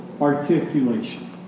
articulation